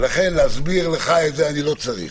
ולכן להסביר לך את זה אני לא צריך.